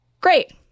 Great